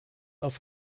auf